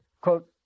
quote